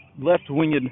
left-winged